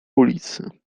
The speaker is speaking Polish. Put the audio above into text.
ulicy